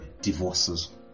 divorces